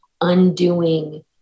undoing